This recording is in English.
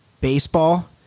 baseball